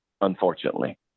unfortunately